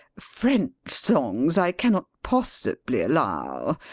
french songs i cannot possibly allow.